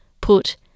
put